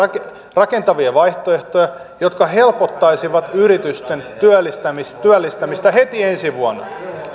rakentavia vaihtoehtoja jotka helpottaisivat yritysten työllistämistä työllistämistä heti ensi vuonna